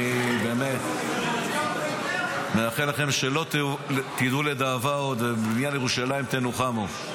אני באמת מאחל לכם שלא תדעו לדאבה עוד ובבניין ירושלים תנוחמו.